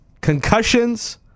Concussions